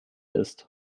ist